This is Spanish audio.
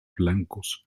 blancos